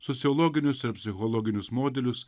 sociologinius ar psichologinius modelius